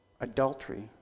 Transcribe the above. adultery